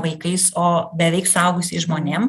vaikais o beveik suaugusiais žmonėm